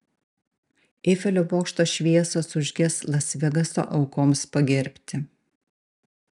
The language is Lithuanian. eifelio bokšto šviesos užges las vegaso aukoms pagerbti